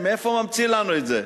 מאיפה הוא ממציא לנו את זה?